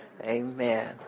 amen